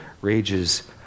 rages